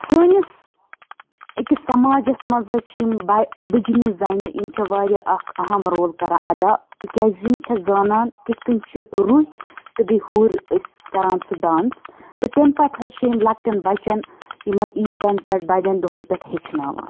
سٲنِس أکِس سَماجَس منٛز حظ چھِ یِم بہَ بٕجنہِ زَنہِ یِم چھےٚ واریاہ اَکھ اَہَم رول کَران اَدا تِکیٛازِ یِم چھےٚ زانان کِتھ کٔنۍ چھِ رُہۍ تہٕ بیٚیہِ ہُرۍ أسۍ کَران سُہ ڈانٕس تہٕ تمہِ پَتہٕ حظ چھِ یِم لَکٹیٚن بَچَن یِمَن عیٖدَن پیٚٹھ بَڑیٚن دۄہَن پیٚٹھ ہیٚچھناوان